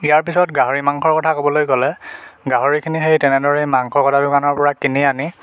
ইয়াৰ পিছত গাহৰি মাংসৰ কথা ক'বলৈ গ'লে গাহৰিখিনি সেই তেনেদৰেই মাংস কটা দোকানৰপৰা কিনি আনি